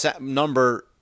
number